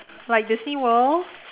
like the seaworld